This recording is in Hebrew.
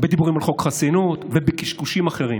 בדיבורים על חוק חסינות ובקשקושים אחרים.